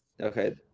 Okay